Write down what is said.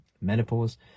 menopause